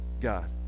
God